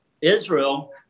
Israel